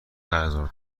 ارزان